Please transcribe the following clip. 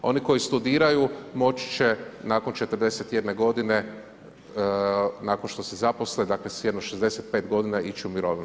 Oni koji studiraju moći će nakon 41 godine, nakon što se zaposle, dakle s jedno 65 godina ići u mirovinu.